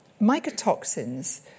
mycotoxins